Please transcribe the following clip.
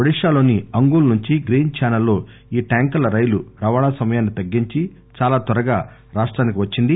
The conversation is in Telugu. ఒఢిశాలోని అంగుల్ నుంచి గ్రీన్ ఛాసెల్ లో ఈ ట్యాంకర్ల రైలు రవాణా సమయాన్ని తగ్గించి చాలా త్వరగా రాష్టానికి వచ్చింది